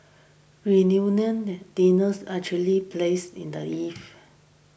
reunion dinners actually place in the eve